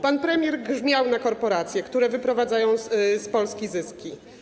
Pan premier grzmiał na korporacje, które wyprowadzają z Polski zyski.